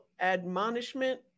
admonishment